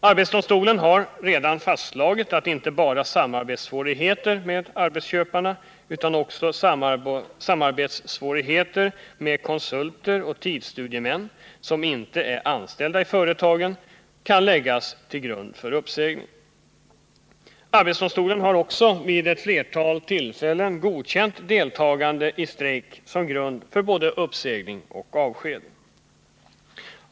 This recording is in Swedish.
AD har redan fastslagit att inte bara samarbetssvårigheter med arbetsköparna utan också samarbetssvårigheter med konsulter och tidsstudiemän som inte är anställda i företagen kan läggas till grund för uppsägning. AD har också vid ett flertal tillfällen godkänt deltagande i strejk som grund för både uppsägning och avsked.